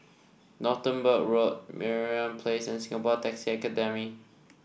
Northumberland Road Merlimau Place and Singapore Taxi Academy